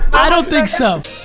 i don't think so.